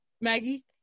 Maggie